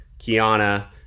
Kiana